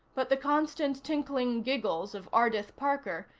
but the constant tinkling giggles of ardith parker,